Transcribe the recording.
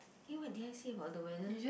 eh what did I say about the weather